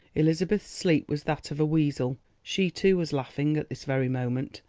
elizabeth's sleep was that of a weasel. she too was laughing at this very moment,